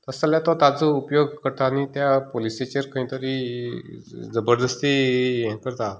तशें जाल्यार तो ताचो उपयोग करता आनी त्या पुलिसांचेर खंय तरी जबरदस्ती हें करता